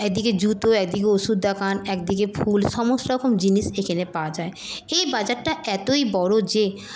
একদিকে জুতো একদিকে ওষুধ দোকান এক দিকে ফুল সমস্তরকম জিনিস এইখেনে পাওয়া যায় এই বাজারটা এতোই বড়ো যে